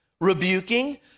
rebuking